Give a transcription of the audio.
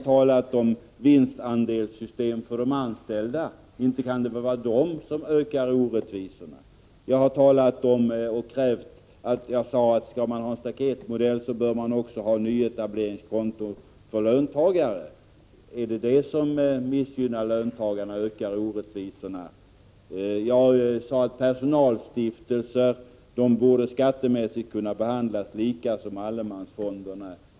talat om vinstandelssystem för de anställda. Inte kan väl det 153 Prot. 1985/86:106 öka orättvisorna? Jag har sagt att skall vi ha en staketmodell, då bör vi också ha nyetableringskonton för löntagare. Är det detta som missgynnar löntagare och ökar orättvisorna? Jag sade att personalstiftelser skattemässigt borde kunna behandlas på samma sätt som allemansfonderna.